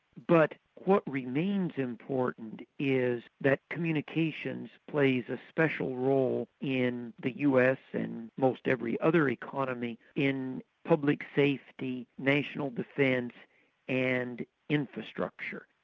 but what remains important is that communications plays a special role in the us and most every other economy in public safety, national defence and infrastructure.